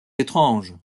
étrange